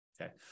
Okay